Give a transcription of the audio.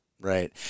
right